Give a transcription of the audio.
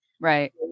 Right